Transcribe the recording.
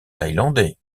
thaïlandais